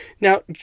Now